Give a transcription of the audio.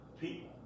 people